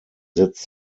setzt